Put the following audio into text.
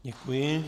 Děkuji.